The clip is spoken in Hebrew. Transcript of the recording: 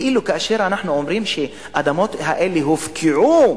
כאילו כאשר אנחנו אומרים שהאדמות האלה הופקעו